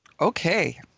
Okay